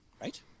Right